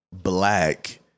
black